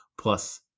plus